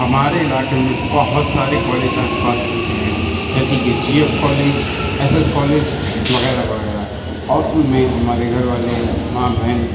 ہمارے علاقے میں بہت سارے کالج آس پاس ملتے ہیں جیسے کہ G F college S S college وغیرہ وغیرہ اور ان میں ہمارے گھر والے ماں بہن